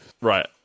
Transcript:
Right